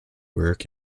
work